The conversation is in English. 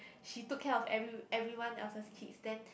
she took care of every everyone else kids then